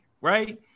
Right